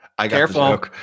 Careful